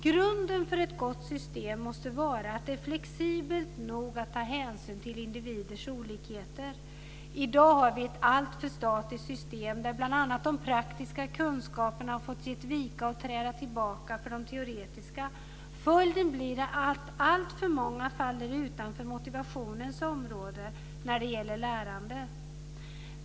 Grunden för ett gott system måste vara att det är flexibelt nog att ta hänsyn till individers olikheter. I dag har vi ett alltför statiskt system, där bl.a. de praktiska kunskaperna har fått ge vika och träda tillbaka för de teoretiska. Följden blir att alltför många faller utanför motivationens område när det gäller lärandet.